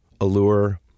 Allure